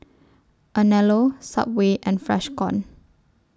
Anello Subway and Freshkon